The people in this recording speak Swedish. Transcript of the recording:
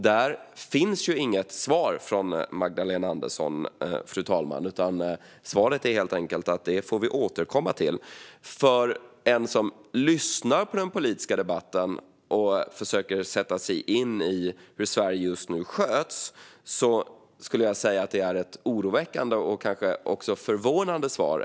Där finns inget svar från Magdalena Andersson, utan svaret är helt enkelt: Det får vi återkomma till. För den som lyssnar på den politiska debatten och försöker sätta sig in i hur Sverige just nu sköts är detta, skulle jag vilja säga, ett oroväckande och kanske också förvånande svar.